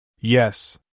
Yes